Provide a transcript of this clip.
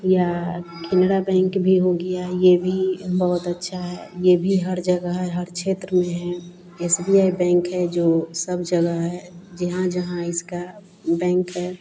यह केनड़ा बैंक भी हो गया यह भी बहुत अच्छा है यह भी हर जगह है हर क्षेत्र में है एस बी आई बैंक है जो सब जगह है जहाँ जहाँ इसका बैंक है